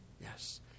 Yes